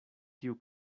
tiu